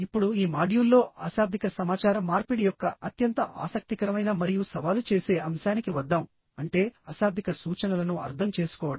ఇప్పుడుఈ మాడ్యూల్లో అశాబ్దిక సమాచార మార్పిడి యొక్క అత్యంత ఆసక్తికరమైన మరియు సవాలు చేసే అంశానికి వద్దాంఅంటే అశాబ్దిక సూచనలను అర్థం చేసుకోవడం